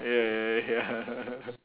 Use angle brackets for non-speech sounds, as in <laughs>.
ya <laughs>